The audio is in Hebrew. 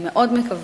אני מאוד מקווה,